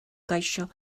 geisio